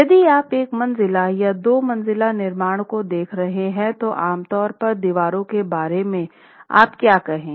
यदि आप एक मंजिला या दो मंजिला निर्माण को देख रहे हैं तो आमतौर पर दीवारों के बारे में आप क्या कहेंगे